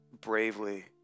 bravely